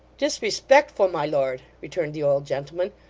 disrespectful, my lord returned the old gentleman.